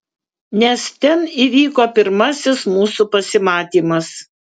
nes ten įvyko pirmasis mūsų pasimatymas